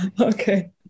okay